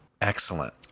Excellent